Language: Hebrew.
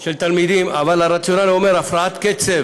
של תלמידים, אבל הרציונל אומר: הפרעות קצב